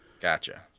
Gotcha